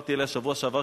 דיברתי עליה בשבוע שעבר,